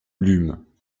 lûmes